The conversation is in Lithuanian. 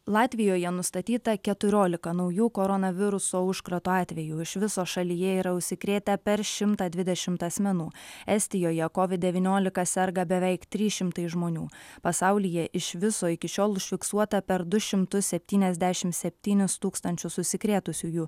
latvijoje nustatyta keturiolika naujų koronaviruso užkrato atvejų iš viso šalyje yra užsikrėtę per šimtą dvidešimt asmenų estijoje covid devyniolika serga beveik trys šimtai žmonių pasaulyje iš viso iki šiol užfiksuota per du šimtus septyniasdešimt septynis tūkstančius užsikrėtusiųjų